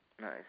Nice